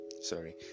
sorry